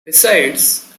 besides